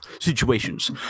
situations